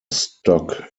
stock